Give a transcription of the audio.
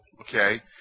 Okay